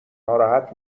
ناراحت